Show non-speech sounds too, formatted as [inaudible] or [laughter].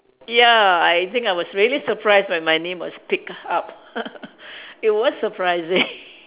ya I think I was really surprised when my name was picked up [laughs] it was surprising